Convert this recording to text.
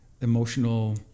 emotional